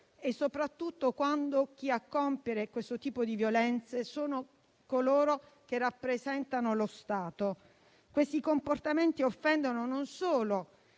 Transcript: e considerando che a compiere questo tipo di violenze sono coloro che rappresentano lo Stato. Questi comportamenti offendono non solo